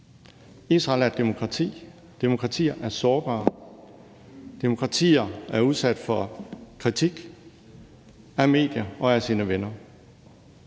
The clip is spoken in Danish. Israel er et demokrati. Demokratier er sårbare. Demokratier er udsat for kritik fra medier og fra sine venner.